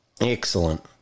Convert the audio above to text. Excellent